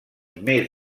més